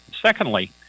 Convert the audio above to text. Secondly